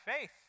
faith